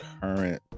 Current